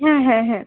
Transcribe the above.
হ্যাঁ হ্যাঁ হ্যাঁ